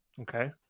Okay